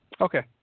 Okay